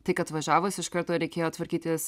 tik atvažiavus iš karto reikėjo tvarkytis